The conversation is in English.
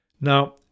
Now